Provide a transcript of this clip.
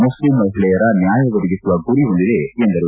Muslim ಮಹಿಳೆಯರಿಗೆ ನ್ನಾಯ ಒದಗಿಸುವ ಗುರಿ ಹೊಂದಿದೆ ಎಂದರು